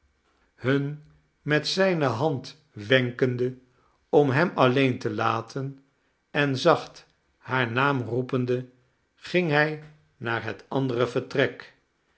hun met zijne hand wenkende om hem alleen te laten en zacht haar naam roepende ging hij naar het andere vertrek